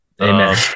Amen